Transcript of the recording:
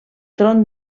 tron